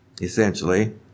essentially